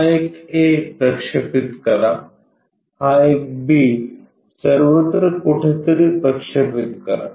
हा एक A प्रक्षेपित करा हा एक B सर्वत्र कुठेतरी प्रक्षेपित करा